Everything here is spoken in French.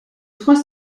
trois